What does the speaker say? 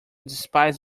despise